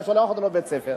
אתה שולח אותו לבית-ספר,